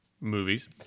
movies